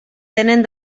tenen